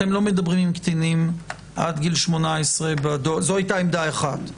אתם לא מדברים עם קטינים עד גיל 18. זו הייתה עמדה אחת.